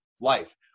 life